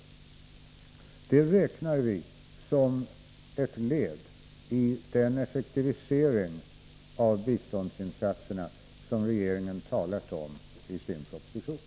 Det räknar vi såsom ett led i den effektivisering av biståndsinsatserna som regeringen har talat om i sin proposition.